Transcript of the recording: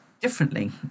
differently